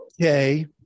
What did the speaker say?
Okay